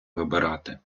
вибирати